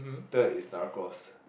third is narcos